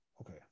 Okay